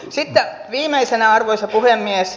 sitten viimeisenä arvoisa puhemies